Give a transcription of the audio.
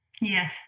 Yes